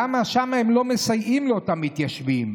למה שם הם לא מסייעים לאותם מתיישבים?